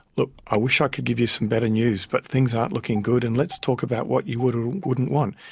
look, i wish i could give you some better news but things aren't looking good and let's talk about what you would or wouldn't want.